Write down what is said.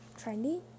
Trendy